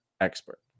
expert